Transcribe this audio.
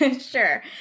Sure